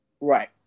Right